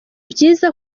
byiza